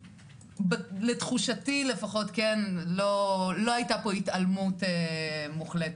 לתחושתי לפחות לא היתה פה התעלמות מוחלטת,